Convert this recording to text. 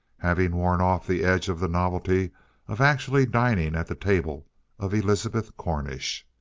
having worn off the edge of the novelty of actually dining at the table of elizabeth cornish.